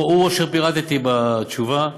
הוא שפירטתי בתשובה.